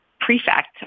prefect